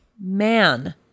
Man